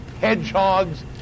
hedgehogs